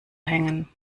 hängen